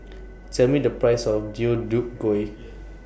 Tell Me The Price of Deodeok Gui